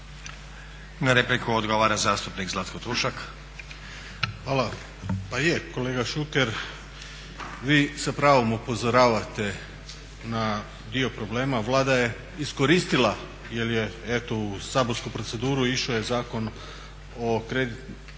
(Hrvatski laburisti - Stranka rada)** Hvala. Pa je kolega Šuker vi sa pravom upozoravate na dio problema. Vlada je iskoristila jer je eto u saborsku proceduru išao Zakon o kreditnim